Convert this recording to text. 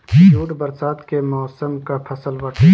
jute बरसात के मौसम कअ फसल बाटे